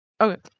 Okay